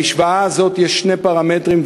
במשוואה הזאת יש שני פרמטרים,